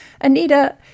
Anita